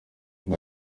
ngo